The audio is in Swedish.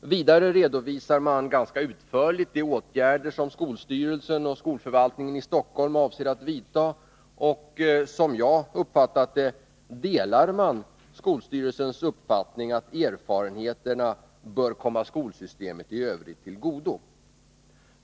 Vidare redovisar man ganska utförligt de åtgärder som skolstyrelsen och skolförvaltningen i Stockholm avser att vidta, och som jag uppfattat det delar man skolstyrelsens uppfattning att erfarenheterna bör komma skolsystemet i Övrigt till godo.